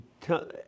tell